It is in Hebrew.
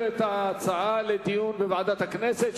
את ההצעה לדיון בוועדת הכנסת,